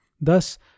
Thus